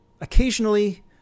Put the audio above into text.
Occasionally